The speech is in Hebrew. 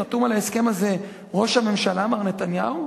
חתומים על ההסכם הזה ראש הממשלה מר נתניהו,